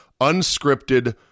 unscripted